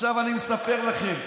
עכשיו אני מספר לכם,